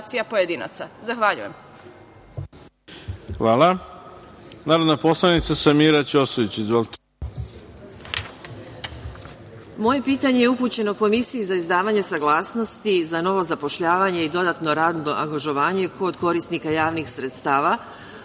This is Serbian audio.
Hvala. Narodna poslanica Samira Ćosović. Izvolite.